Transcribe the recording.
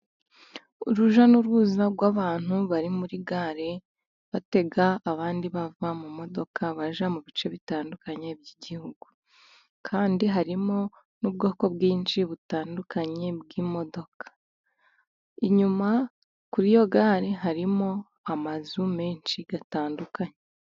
Uruja n'uruza rw'abantu bari muri gare batega, abandi bava mu modoka bajya mu bice bitandukanye by'igihugu. Kandi harimo n'ubwoko bwinshi butandukanye bw'imodoka, inyuma kuri iyo gare harimo amazu menshi atandukanye.